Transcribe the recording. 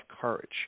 courage